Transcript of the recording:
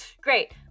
Great